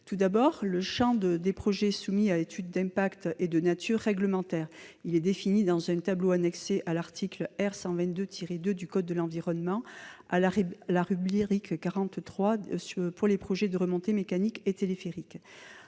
Tout d'abord, le champ des projets soumis à étude d'impact est de nature réglementaire : il est défini dans un tableau annexé à l'article R. 122-2 du code de l'environnement, à la rubrique 43 pour les projets de remontées mécaniques et de téléphériques.